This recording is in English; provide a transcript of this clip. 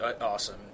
awesome